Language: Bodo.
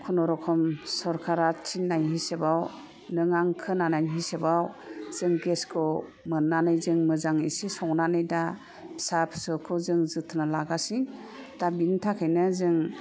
खुनुरुखुम सरकारा थिननाय हिसाबाव नों आं खोनानाय हिसाबाव जों गेसखौ मोननानै जों मोजां एसे संनानै दा फिसा फिसौखौ जों जोथोना लागासिनो दा बिनि थाखायनो जों